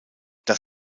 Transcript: das